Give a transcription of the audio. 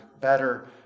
better